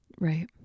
Right